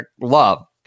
love